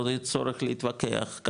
לא יהיה צורך להתווכח,